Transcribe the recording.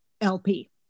LP